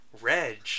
Reg